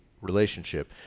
relationship